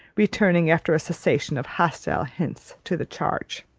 returning, after a cessation of hostile hints, to the charge.